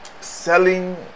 selling